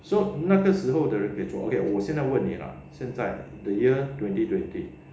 so 那个时候的人可以做 okay 我现在问你啦现在 the year twenty twenty